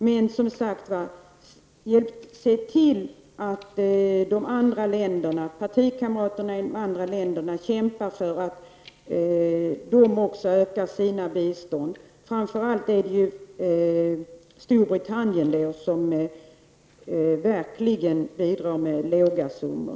Men, som sagt, se till att era partikamrater i andra länder också kämpar för större biståndsanslag! Framför allt gäller det Storbritannien, som verkligen bidrar med små summor.